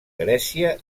grècia